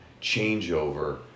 changeover